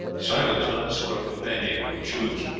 simon is not the sort of companion you would choose.